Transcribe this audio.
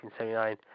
1979